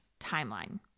timeline